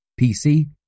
PC